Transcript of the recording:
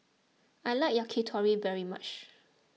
I like Yakitori very much